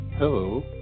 Hello